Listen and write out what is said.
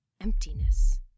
emptiness